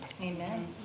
Amen